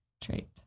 trait